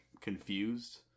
confused